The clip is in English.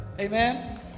Amen